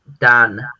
Dan